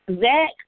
Zach